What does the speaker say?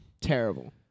Terrible